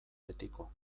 betiko